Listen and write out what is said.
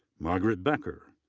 margaret becker.